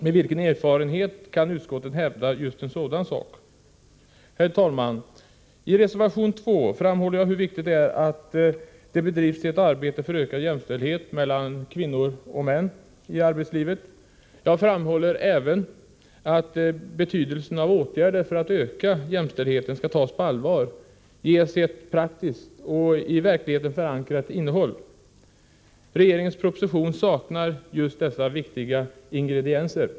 Med vilken erfarenhet kan utskottet hävda just detta? Herr talman! I reservation 2 framhåller jag hur viktigt det är att det bedrivs ett arbete för ökad jämställdhet mellan kvinnor och män i arbetslivet. Jag betonar även betydelsen av att åtgärder för att öka jämställdheten, för att de skall tas på allvar, ges ett praktiskt och i verkligheten förankrat innehåll. Regeringens proposition saknar just dessa viktiga ingredienser.